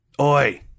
Oi